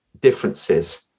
differences